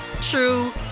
true